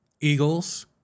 Eagles